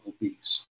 obese